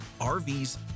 RVs